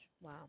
Wow